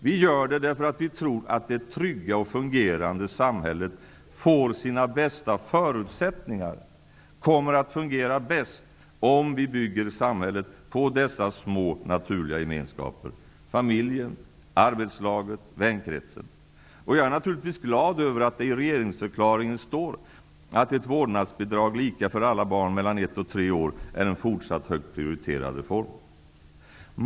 Vi gör det därför att vi tror att det trygga och fungerande samhället får sina bästa förutsättningar, kommer att fungera bäst, om vi bygger samhället på dessa små naturliga gemenskaper — familjen, arbetslaget, vänkretsen. Jag är naturligtvis glad över att det i regeringsförklaringen står att ett vårdnadsbidrag lika för alla barn mellan ett och tre år är en fortsatt högt prioriterad reform.